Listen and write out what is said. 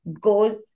goes